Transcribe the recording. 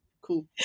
Cool